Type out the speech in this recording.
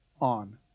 on